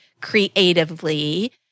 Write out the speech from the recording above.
creatively